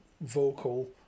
vocal